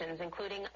including